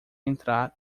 entrar